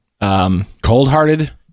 Cold-Hearted